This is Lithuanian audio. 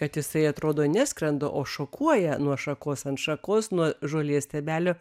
kad jisai atrodo neskrenda o šukuoja nuo šakos ant šakos nuo žolės stiebelio